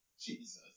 Jesus